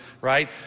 right